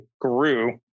grew